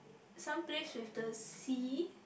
some place with the sea